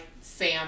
Sam